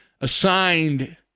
assigned